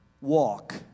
walk